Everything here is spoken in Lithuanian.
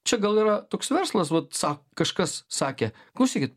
čia gal yra toks verslas vat sak kažkas sakė klausykit